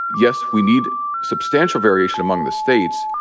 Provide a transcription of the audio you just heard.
yes, we need substantial variation among the states,